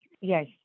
Yes